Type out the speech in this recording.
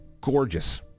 gorgeous